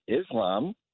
Islam